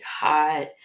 hot